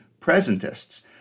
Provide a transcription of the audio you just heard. presentists